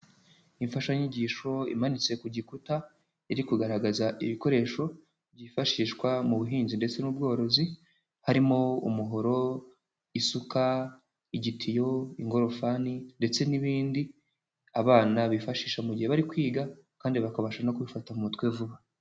Imfashanyigisho imanitse ku gikuta, iri kugaragaza ibikoresho byifashishwa mu buhinzi ndetse n'ubworozi harimo umuhoro, isuka, igitiyo, ingorofani ndetse n'ibindi abana bifashisha mu gihe bari kwiga kandi bakabasha no kubifata mu mutwe vuba.